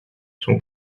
son